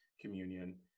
communion